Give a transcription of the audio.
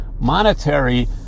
monetary